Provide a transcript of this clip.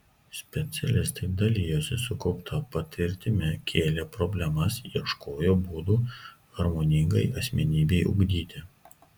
specialistai dalijosi sukaupta patirtimi kėlė problemas ieškojo būdų harmoningai asmenybei ugdyti